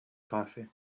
coffee